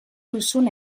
duzun